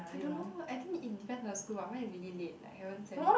I don't know I think it depends on the school what mine is really late like haven't send